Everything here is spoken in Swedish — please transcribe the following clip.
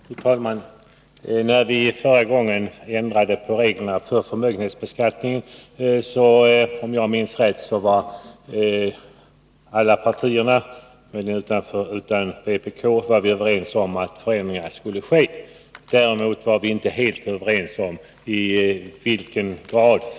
Fru talman! När vi förra gången ändrade reglerna för förmögenhetsbeskattningen var — om jag minns rätt — alla partier, möjligen förutom vpk, överens om att sådana borde göras. Däremot var vi inte helt överens om omfattningen av den.